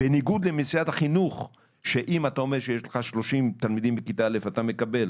בניגוד למשרד החינוך שאם אתה אומר שיש לך 30 תלמידים בכיתה א' אתה מקבל